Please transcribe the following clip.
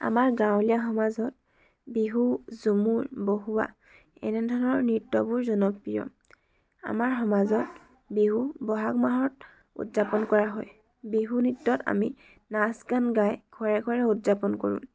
আমাৰ গাঁৱলীয়া সমাজত বিহু ঝুমুৰ বহুৱা এনেধৰণৰ নৃত্যবোৰ জনপ্ৰিয় আমাৰ সমাজত বিহু বহাগ মাহত উদযাপন কৰা হয় বিহু নৃত্যত আমি নাচ গান গায় ঘৰে ঘৰে উদযাপন কৰোঁ